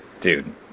Dude